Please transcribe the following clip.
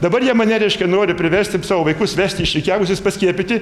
dabar jie mane reiškia nori priversti savo vaikus vesti išrikiavusius paskiepyti